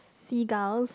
flew out